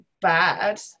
bad